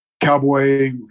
cowboy